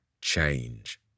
change